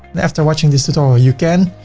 and after watching this tutorial, you can,